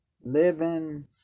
living